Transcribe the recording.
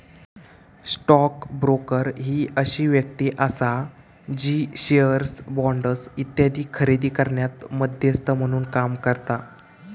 stock broker ही अशी व्यक्ती आसा जी शेअर्स, बॉण्ड्स इत्यादी खरेदी करण्यात मध्यस्थ म्हणून काम करता